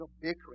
bickering